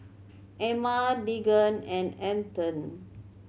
Emma Deegan and Antone